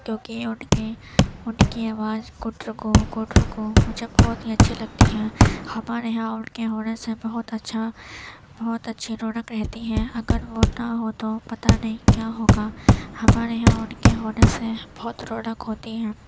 کیونکہ اُن کی اُن کی آواز گٹر گوں گٹر گوں مجھے بہت ہی اچھی لگتی ہے ہمارے یہاں اُن کے ہونے سے بہت اچھا بہت اچھی رونق رہتی ہے اگر وہ نہ ہوں تو پتا نہیں کیا ہوگا ہمارے یہاں اُن کے ہونے سے بہت رونق ہوتی ہے